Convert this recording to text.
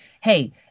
hey